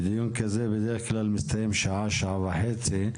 דיון כזה בדרך כלל מסתיים שעה, שעה וחצי.